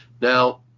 Now